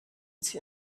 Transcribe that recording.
sie